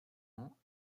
ans